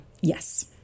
yes